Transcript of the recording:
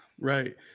Right